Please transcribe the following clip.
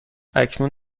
اکنون